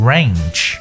Range